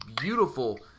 beautiful